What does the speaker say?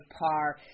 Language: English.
par